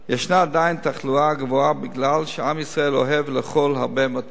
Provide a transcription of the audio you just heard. יש עדיין תחלואה גבוהה מפני שעם ישראל אוהב לאכול הרבה מתוק,